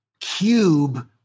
cube